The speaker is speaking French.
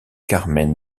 carmen